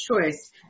choice